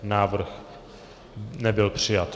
Návrh nebyl přijat.